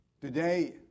Today